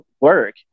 work